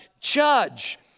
judge